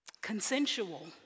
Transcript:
Consensual